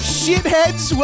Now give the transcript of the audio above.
shitheads